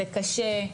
זה קשה.